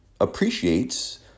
appreciates